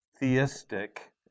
theistic